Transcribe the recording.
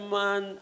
man